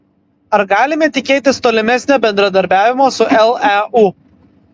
ar galime tikėtis tolimesnio bendradarbiavimo su leu